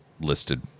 listed